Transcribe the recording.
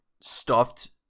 stuffed